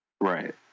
right